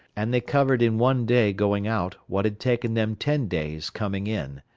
and they covered in one day going out what had taken them ten days coming in.